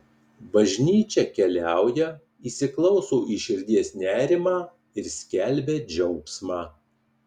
bažnyčia keliauja įsiklauso į širdies nerimą ir skelbia džiaugsmą